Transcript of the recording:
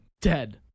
dead